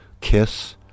Kiss